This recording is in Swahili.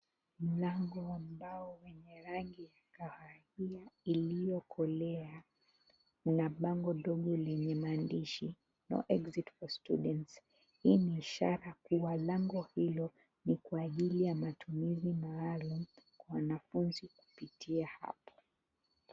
Mlango wa mbao wenye rangi ya kahawia iliyokolea una bango dogo lenye maandishi no exit for students hii ni ishara kuwa lango hilo ni kwa ajili ya matumizi maalum wanafunzi kupitia hapo.